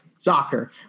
Soccer